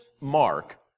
mark